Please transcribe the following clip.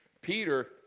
Peter